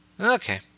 Okay